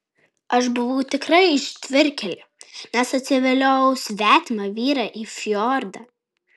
aš buvau tikra ištvirkėlė nes atsiviliojau svetimą vyrą į fjordą